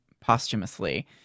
posthumously